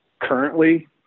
currently